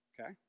Okay